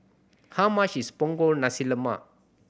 how much is Punggol Nasi Lemak